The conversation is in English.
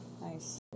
Nice